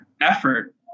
effort